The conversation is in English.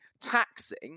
taxing